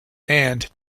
and